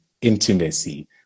intimacy